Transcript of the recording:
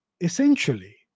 Essentially